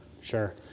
sure